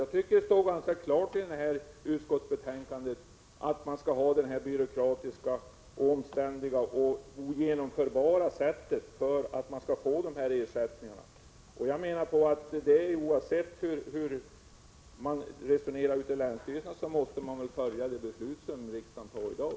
Jag tycker att det i utskottsbetänkandet står ganska klart att man skall ha detta byråkratiska omständliga sätt för att få dessa ersättningar. Oavsett hur man resonerar ute på länsstyrelserna så måste man väl följa det beslut som riksdagen fattar i dag?